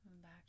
Back